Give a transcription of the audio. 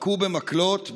היכו במקלות,